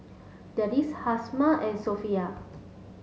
Deris Hafsa and Sofea